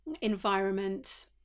environment